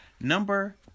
Number